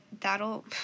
that'll